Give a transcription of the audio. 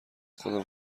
خودم